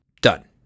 done